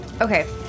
Okay